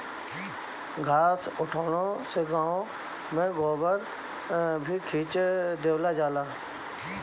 घास उठौना से गाँव में गोबर भी खींच देवल जाला